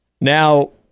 Now